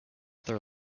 their